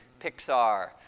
Pixar